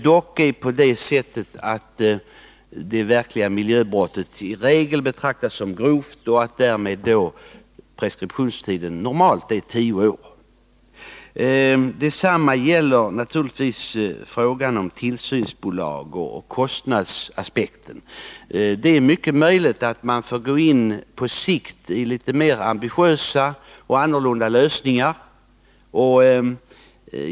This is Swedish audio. I regel betraktas verkliga miljöbrott som grova, och därmed är preskriptionstiden normalt tio år. Detsamma gäller naturligtvis frågan om tillsynsbolag och kostnadsaspekten. Det är mycket möjligt att man på sikt får bestämma sig för mera ambitiösa och annorlunda lösningar.